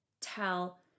tell